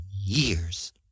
years